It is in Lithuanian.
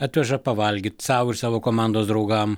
atveža pavalgyt sau ir savo komandos draugam